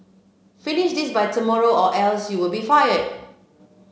finish this by tomorrow or else you'll be fired